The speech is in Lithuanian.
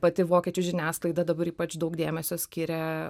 pati vokiečių žiniasklaida dabar ypač daug dėmesio skiria